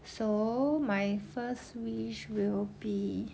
so my first wish will be